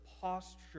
posture